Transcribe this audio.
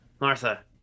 Martha